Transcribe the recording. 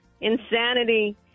insanity